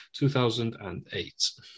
2008